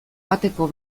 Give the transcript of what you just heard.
bateko